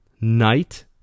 night